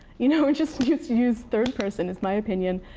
you know and just use use third person, is my opinion.